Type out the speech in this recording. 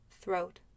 Throat